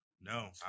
no